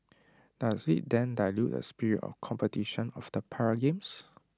does IT then dilute the spirit of competition of the para games